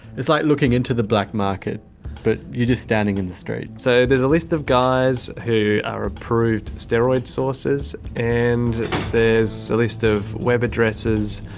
it's like looking into the black market but you're just standing in the street. so there's a list of guys who are approved steroid sources, and there's a list of web addresses,